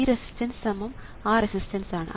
ഈ റെസിസ്റ്റൻസ് സമം ആ റെസിസ്റ്റൻസ് ആണ്